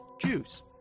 Juice